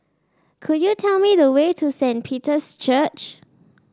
could you tell me the way to Saint Peter's Church